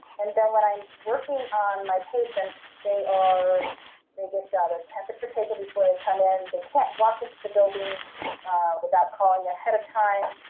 and then when i'm working on my patients they are they get and their temperature taken before they come in. they can't walk into the building without calling ahead of time.